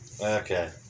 Okay